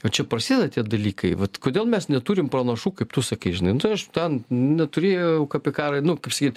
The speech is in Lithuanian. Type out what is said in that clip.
va čia prasideda tie dalykai vat kodėl mes neturim panašu kaip tu sakai žinai nu tai aš ten neturėjau kaip į karui nu kaip sakyt